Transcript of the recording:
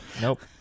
Nope